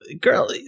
girl